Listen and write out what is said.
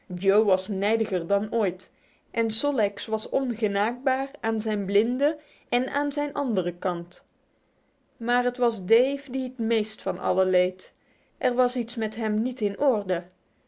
joe was nijdiger dan ooit en sol leks was ongenaakbaar aan zijn blinde en aan zijn andere kant maar het was dave die het meest van alien leed er was iets met hem niet in orde